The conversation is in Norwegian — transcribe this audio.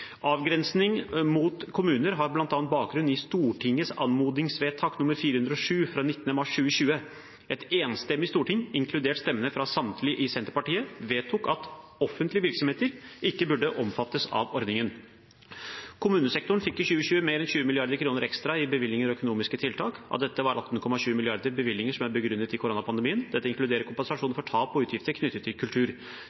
Avgrensning mot kommuner har bl.a. bakgrunn i Stortingets anmodningsvedtak nr. 407 fra 19. mars 2020. Et enstemmig storting, inkludert stemmene fra samtlige i Senterpartiet, vedtok at «offentlige virksomheter» ikke burde omfattes av ordningen. Kommunesektoren fikk i 2020 mer enn 20 mrd. kr i ekstra bevilgninger og økonomiske tiltak. Av dette var 18,7 mrd. kr bevilgninger som er begrunnet i koronapandemien. Dette inkluderer kompensasjon